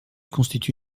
constitue